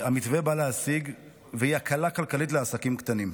המתווה בא להשיג, והיא הקלה כלכלית לעסקים קטנים.